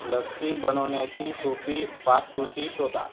लस्सी बनवण्याची सोपी पाककृती शोधा